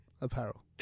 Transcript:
Apparel